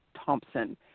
Thompson